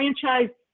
franchise